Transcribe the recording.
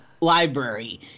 library